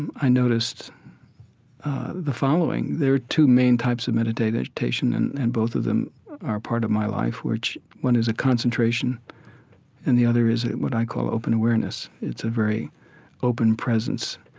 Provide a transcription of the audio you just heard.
and i noticed the following there are two main types of meditation meditation and and both of them are part of my life, which one is a concentration and the other is what i call open awareness. it's a very open presence